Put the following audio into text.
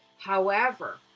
however,